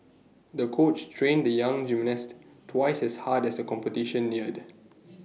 the coach trained the young gymnast twice as hard as the competition neared